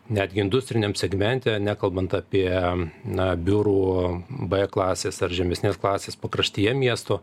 netgi industriniam segmente nekalbant apie na biurų b klasės ar žemesnės klasės pakraštyje miesto